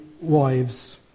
wives